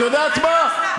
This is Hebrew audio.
את יודעת מה?